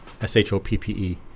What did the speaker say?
S-H-O-P-P-E